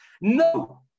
No